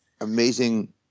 amazing